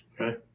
Okay